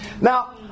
Now